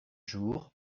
jour